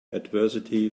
adversity